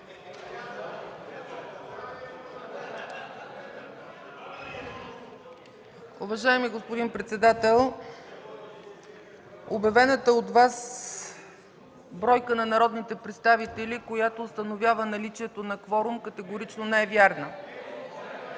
(ГЕРБ): Господин председател, обявената от Вас бройка на народни представители, която установява наличието на кворум, категорично не е вярна!